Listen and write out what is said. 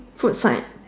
food side